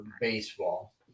baseball